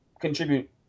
contribute